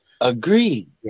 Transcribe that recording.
agreed